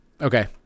Okay